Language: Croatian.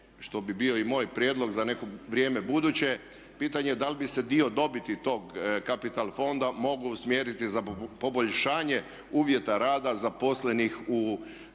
što bi bio i moj prijedlog za neko vrijeme buduće pitanje da li bi se dio dobiti tog kapital fonda mogao usmjeriti za poboljšanje uvjeta rada zaposlenih u HZMO-u